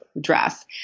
dress